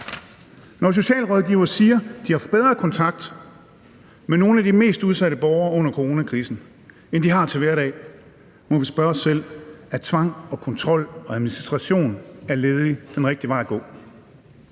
Når socialrådgivere siger, at de har haft bedre kontakt med nogle af de mest udsatte borgere under coronakrisen, end de har til hverdag, må vi spørge os selv: Er tvang og kontrol og administration af ledige den rigtige vej at gå?